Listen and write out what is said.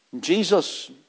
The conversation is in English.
Jesus